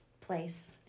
place